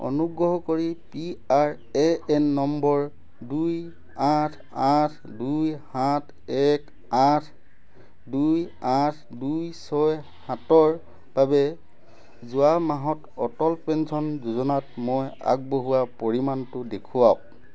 অনুগ্ৰহ কৰি P R A N নম্বৰ দুই আঠ আঠ দুই সাত এক আঠ দুই আঠ দুই ছয় সাতৰ বাবে যোৱা মাহত অটল পেঞ্চন যোজনাত মই আগবঢ়োৱা পৰিমাণটো দেখুৱাওক